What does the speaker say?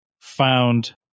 found